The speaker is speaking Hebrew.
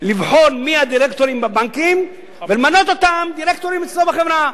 לבחון מי הדירקטורים בבנקים ולמנות אותם דירקטורים אצלו בחברה,